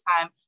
time